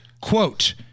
Quote